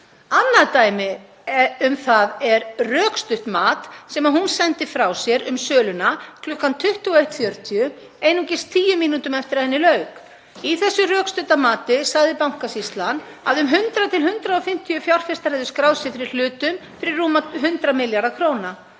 Annað dæmi um það er rökstutt mat sem hún sendi frá sér um söluna kl. 21.40, einungis tíu mínútum eftir að henni lauk. Í því rökstudda mati sagði Bankasýslan að um 100–150 fjárfestar hefðu skráð sig fyrir hlutum fyrir rúma 100 milljarða kr.